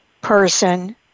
person